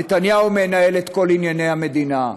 נתניהו מנהל את כל ענייני המדינה.